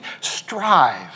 strive